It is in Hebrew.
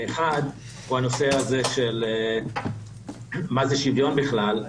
אחד הוא הנושא של מה זה שוויון בכלל.